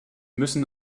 müssen